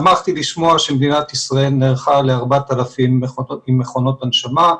שמחתי לשמוע שמדינת ישראל נערכה ל-4,000 מכונות הנשמה.